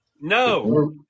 No